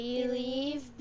Believe